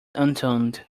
unturned